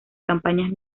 campañas